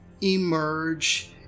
emerge